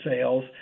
sales